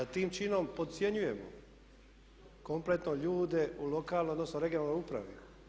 Tim činom podcjenjujemo kompletno ljude u lokalnoj, odnosno regionalnoj upravi.